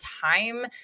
time